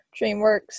DreamWorks